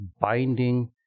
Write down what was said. binding